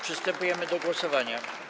Przystępujemy do głosowania.